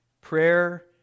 prayer